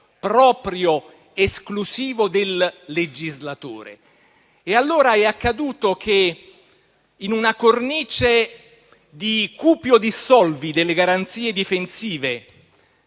proprio esclusivo del legislatore. Allora, in una cornice di *cupio dissolvi* delle garanzie difensive